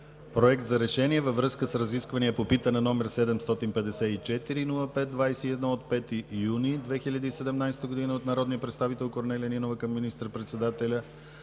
„Проект! РЕШЕНИЕ във връзка с разискванията по питане № 754-05-21 от 5 юни 2017 г. от народния представител Корнелия Нинова към министър председателя